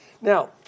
Now